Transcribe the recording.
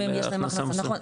אם יש להם הכנסה, נכון.